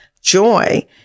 joy